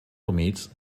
humits